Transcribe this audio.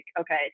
okay